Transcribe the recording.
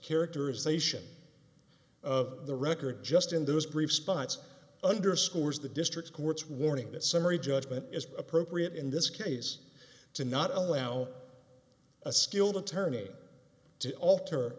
characterization of the record just in those brief spots underscores the district courts warning that summary judgment is appropriate in this case to not allow a skilled attorney to alter